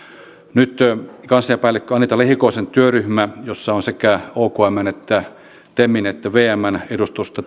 nyt kansliapäällikkö anita lehikoisen työryhmä jossa on sekä okmn että temin että vmn edustusta